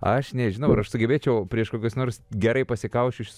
aš nežinau ar aš sugebėčiau prieš kokius nors gerai pasikausčiusius